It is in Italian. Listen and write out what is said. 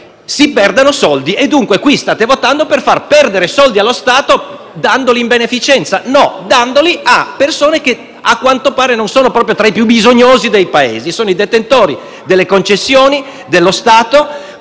si perdano soldi. Dunque qui state votando per far perdere soldi allo Stato. Dandoli in beneficenza? No, dandoli a persone che, a quanto pare, non sono proprio tra i più bisognosi del Paese. Si tratta infatti dei detentori delle concessioni dello Stato,